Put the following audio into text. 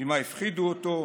ממה הפחידו אותו?